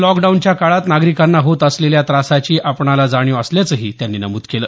लॉकडाऊनच्या काळात नागरिकांना होत असलेल्या त्रासाची आपणाला जाणीव असल्याचही त्यानी नमूद केल